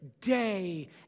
day